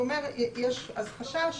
הוא אומר שיש חשש